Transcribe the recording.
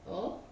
oh